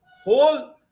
whole